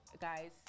Guys